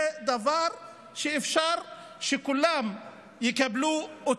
זה דבר שאפשר שכולם יקבלו.